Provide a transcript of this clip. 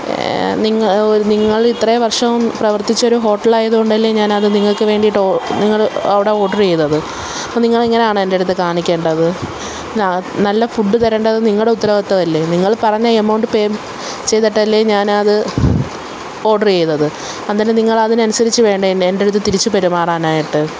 നിങ്ങളിത്രയും വർഷം പ്രവർത്തിച്ച ഒരു ഹോട്ടലായതുകൊണ്ടല്ലേ ഞാനത് നിങ്ങൾക്ക് വേണ്ടിയിട്ട് നിങ്ങൾ അവിടെ ഓർഡെർ ചെയ്തത് നിങ്ങളിങ്ങനാണോ എൻ്റെട്ത്ത് കാണിക്കേണ്ടത് നല്ല ഫുഡ് തരേണ്ടത് നിങ്ങളുടെ ഉത്തരവാദിത്തമല്ലേ നിങ്ങൾ പറഞ്ഞ എമൌണ്ട് പേ ചെയ്തിട്ടല്ലേ ഞാനത് ഓർഡെര് ചെയ്തത് അന്നേരം നിങ്ങളതിനനുസരിച്ച് വേണ്ടേ എൻ്റെയടുത്ത് ഇത് തിരിച്ചു പെരുമാറാനായിട്ട്